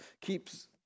keeps